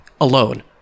alone